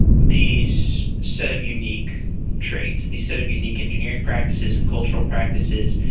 these set of unique traits, these set of unique engineering practices and cultural practices.